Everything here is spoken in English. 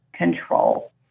Control